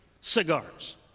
cigars